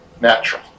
natural